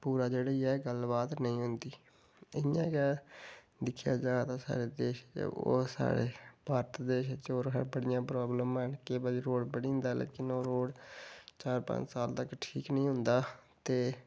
पूरा जेह्ड़ी ऐ गल्लबात नेईं होंदी ते इंयां गै दिक्खेआ जा तां साढ़े देश च ओह् साढ़े भारत देश च होर बड़ियां प्राब्लमां न केईं बारी रोड़ बनी जंदा लेकिन ओह् रोड़ चार पंज साल तकर ठीक नेईं होंदा